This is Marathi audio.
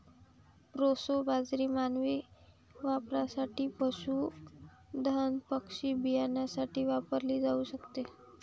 प्रोसो बाजरी मानवी वापरासाठी, पशुधन पक्षी बियाण्यासाठी वापरली जाऊ शकते